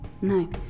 No